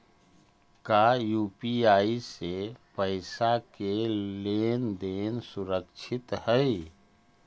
का यू.पी.आई से पईसा के लेन देन सुरक्षित हई?